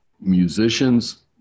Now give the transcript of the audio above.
Musicians